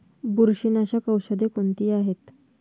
बुरशीनाशक औषधे कोणती आहेत?